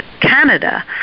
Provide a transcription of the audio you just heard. Canada